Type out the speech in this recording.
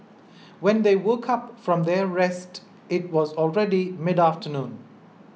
when they woke up from their rest it was already mid afternoon